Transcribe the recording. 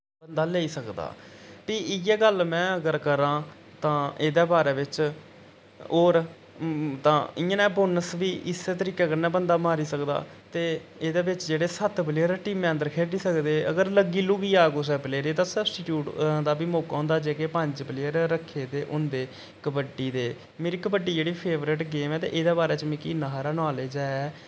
बंदा लेई सकदा फ्ही इ'यै गल्ल में अगर करां तां इदे बारे बिच और तां इ'यां नै बोनस बी इस्सै तरीके कन्नै बंदा मारी सकदा ते इदे बिच जेह्ड़े सत्त प्लेयर टीमै अंदर खेढी सकदे अगर लग्गी लुग्गी जा कुसै प्लेयर गी तां सब्स्टियूट दा बी मौका होंदा जेह्के पंज प्लेयर रक्खे दे होंदे कबड्डी दे मेरी कबड्डी जेह्ड़ी फेवरेट गेम ऐ ते एह्दे बारे च मिकी इन्ना हारा नालेज है